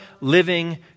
living